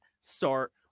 start